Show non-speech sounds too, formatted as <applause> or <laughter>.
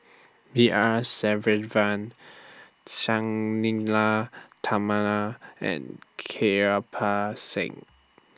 B R <unintelligible> Sang Nila <unintelligible> and Kirpal Singh